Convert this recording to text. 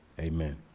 Amen